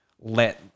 let